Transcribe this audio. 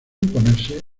imponerse